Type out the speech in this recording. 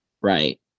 right